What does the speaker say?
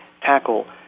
tackle